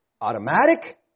automatic